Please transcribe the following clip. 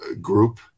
group